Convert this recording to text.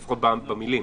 לפחות במלל.